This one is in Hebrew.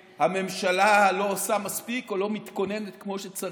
שהממשלה לא עושה מספיק או לא מתכוננת כמו שצריך,